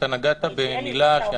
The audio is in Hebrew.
נגעת במילה,